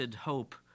hope